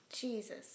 Jesus